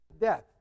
death